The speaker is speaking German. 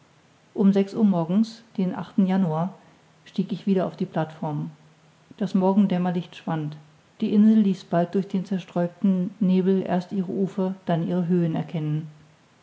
um sechs uhr morgens den januar stieg ich wieder auf die plateform das morgendämmerlicht schwand die insel ließ bald durch den zerstreuten nebel erst ihre ufer dann ihre höhen erkennen